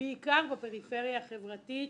בעיקר בפריפריה החברתית